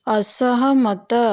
ଅସହମତ